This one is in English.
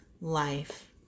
life